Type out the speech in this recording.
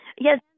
Yes